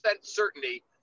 certainty